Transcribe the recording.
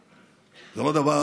זה לא דבר